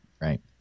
right